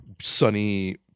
sunny